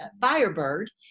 Firebird